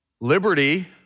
Liberty